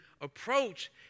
approach